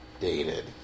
dated